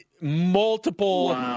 multiple